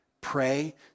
pray